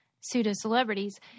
pseudo-celebrities